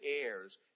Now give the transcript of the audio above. heirs